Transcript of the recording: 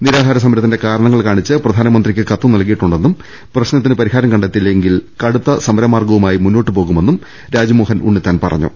നിരാഹാര സമരത്തിന്റെ കാര ണങ്ങൾ കാണിച്ച് പ്രധാനമന്ത്രിക്ക് കത്ത് നൽകിയിട്ടുണ്ടെന്നും പ്രശ്നത്തിന് പരിഹാരം കണ്ടെത്തിയില്ലെങ്കിൽ കടുത്ത സമരമാർഗവുമായി മുന്നോട്ടു പോകുമെന്നും രാജ്മോഹൻ ഉണ്ണിത്താൻ പറഞ്ഞു